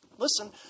Listen